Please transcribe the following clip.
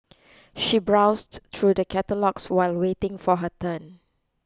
she browsed through the catalogues while waiting for her turn